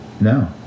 No